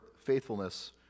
faithfulness